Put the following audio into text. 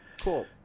Cool